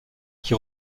qui